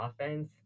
offense